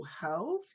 health